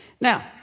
Now